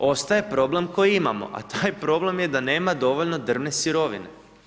Međutim, ostaje problem koji imamo, a taj problem je da nema dovoljno drvne sirovine.